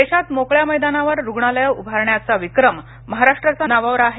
देशात मोकळ्या मैदानावर रुग्णालये उभारण्याचा विक्रम महाराष्ट्राच्या नावावर आहे